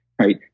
right